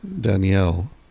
danielle